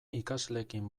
ikasleekin